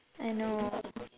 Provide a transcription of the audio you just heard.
I know